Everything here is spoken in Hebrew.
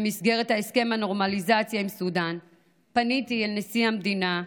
במסגרת הסכם הנורמליזציה עם סודאן פניתי אל נשיא המדינה,